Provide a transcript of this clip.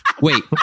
Wait